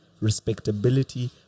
respectability